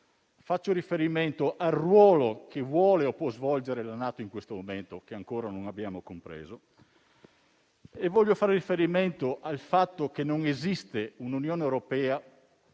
poche ore prima, al ruolo che vuole o può svolgere la NATO in questo momento, che ancora non abbiamo compreso; infine voglio fare riferimento al fatto che non esiste un'Unione europea